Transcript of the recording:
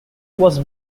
was